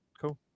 Cool